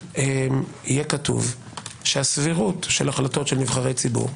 שיהיה כתוב שהסבירות של החלטות של נבחרי ציבור,